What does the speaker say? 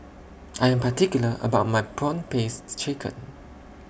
I Am particular about My Prawn Paste Chicken